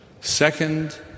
second